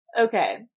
Okay